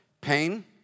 Pain